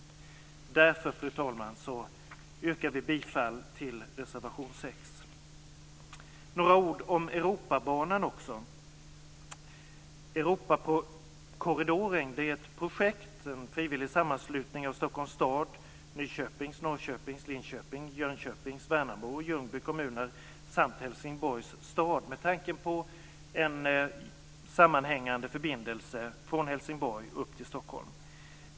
Därför, fru talman, yrkar vi bifall till reservation Jag vill också säga några ord om Europabanan. Ljungby kommuner samt Helsingborgs stad med tanke på en sammanhängande förbindelse från Helsingborg upp till Stockholm.